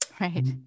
Right